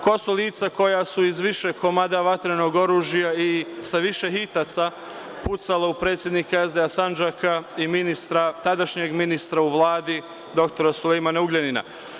Ko su lica koja su iz više komada vatrenog oružja i sa više hitaca pucala u predsednika SDA Sandžaka i tadašnjeg ministra u Vladi, dr Sulejmana Ugljanina?